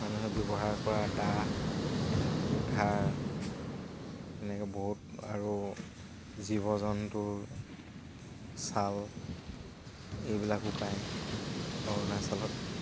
মানুহে ব্যৱহাৰ কৰা দা কোঠাৰ তেনেকে বহুত আৰু জীৱ জন্তুৰ চাল এইবিলাকো পায় অৰুণাচলত